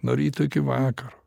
nuo ryto iki vakaro